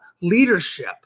leadership